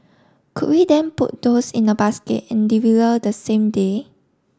could we then put those in a basket and deliver the same day